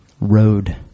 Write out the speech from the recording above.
road